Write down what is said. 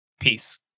Peace